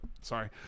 sorry